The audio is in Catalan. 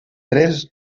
tres